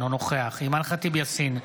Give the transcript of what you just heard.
אינו נוכח אימאן ח'טיב יאסין,